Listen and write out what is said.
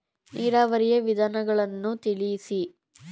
ನೀರಾವರಿಯ ವಿಧಾನಗಳನ್ನು ತಿಳಿಸಿ?